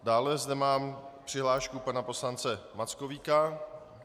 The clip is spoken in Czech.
Dále zde mám přihlášku pana poslance Mackovíka.